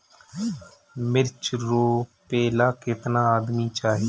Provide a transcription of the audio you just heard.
मिर्च रोपेला केतना आदमी चाही?